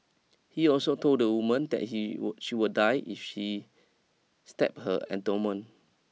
he also told the woman that he would she would die if she stabbed her abdomen